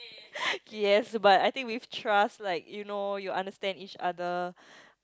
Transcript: yes but I think with trust like you know you understand each other